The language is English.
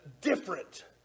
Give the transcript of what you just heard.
different